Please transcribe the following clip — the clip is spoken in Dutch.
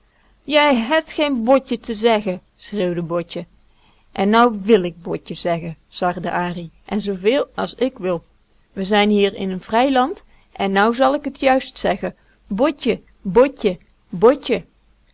jij het geen botje te zeggen schreeuwde botje en nou wil ik botje zeggen sarde ari en zooveel as ik wil we zijn hier in n vrij land en nou zal ik t juist zeggen botje botje botje